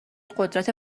قدرت